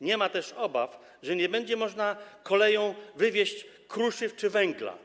Nie ma też obaw, że nie będzie można koleją wywieźć kruszyw czy węgla.